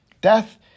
Death